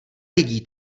lidí